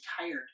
tired